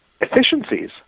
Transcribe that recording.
Efficiencies